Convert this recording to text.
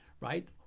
right